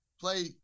play